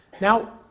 Now